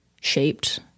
shaped